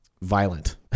violent